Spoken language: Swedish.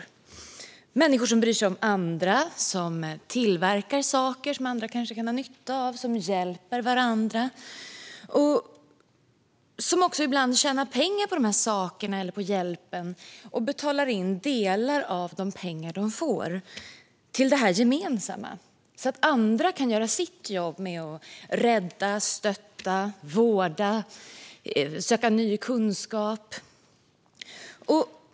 Det är människor som bryr sig om andra, som tillverkar saker som andra kanske kan ha nytta av, som hjälper varandra och som också ibland tjänar pengar på de här sakerna eller på hjälpen och som betalar in delar av de pengarna till det gemensamma, så att andra kan göra sitt jobb med att rädda, stötta, vårda och söka ny kunskap.